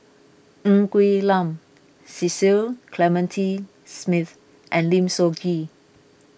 Ng Quee Lam Cecil Clementi Smith and Lim Soo Ngee